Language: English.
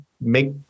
make